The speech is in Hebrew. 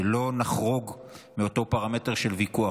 שלא נחרוג מאותו פרמטר של ויכוח,